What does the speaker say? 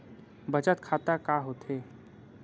बचत खाता का होथे?